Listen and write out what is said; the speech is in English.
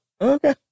Okay